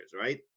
right